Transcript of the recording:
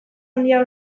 handia